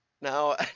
Now